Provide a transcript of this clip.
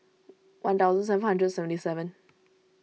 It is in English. one thousand seven hundred seventy seven